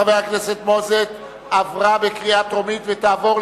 התש"ע 2009,